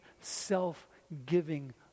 self-giving